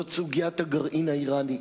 זאת סוגיית הגרעין האירני,